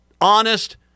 honest